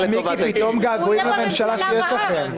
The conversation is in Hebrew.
מיקי, פתאום געגועים לממשלה שיש לכם.